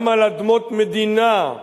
גם על אדמות מדינה,